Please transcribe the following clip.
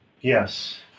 Yes